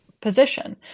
position